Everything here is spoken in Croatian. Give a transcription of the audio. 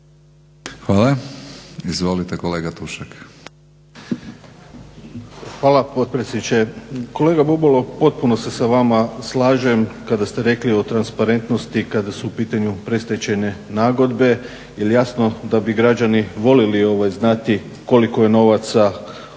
laburisti - Stranka rada)** Hvala potpredsjedniče. Kolega Bubalo, potpuno se sa vama slažem kada ste rekli o transparentnosti kada su u pitanju predstečajne nagodbe jer jasno da bi građani volili znati koliko je novaca oprošteno.